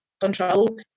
control